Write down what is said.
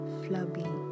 flubby